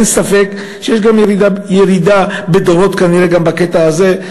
אין ספק שיש ירידת הדורות גם בקטע הזה,